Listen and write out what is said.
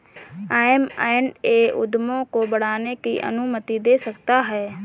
M and A उद्यमों को बढ़ाने की अनुमति दे सकता है